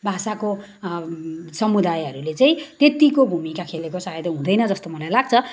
भाषाको समुदायहरूले चाहिँ त्यतिको भूमिका खेलेको सायदै हुँदैन जस्तो मलाई लाग्छ